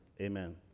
amen